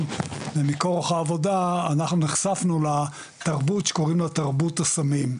ומכורח העבודה אנחנו נחשפנו לתרבות שקוראים לה 'תרבות הסמים',